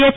H